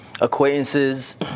acquaintances